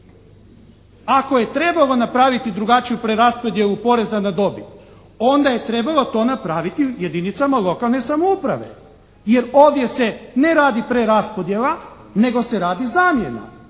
Ako je trebalo napraviti drugačiju preraspodjelu poreza na dobit onda je trebalo to napraviti u jedinicama lokalne samouprave. Jer ovdje se ne radi preraspodjela nego se radi zamjena.